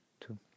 two